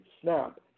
snap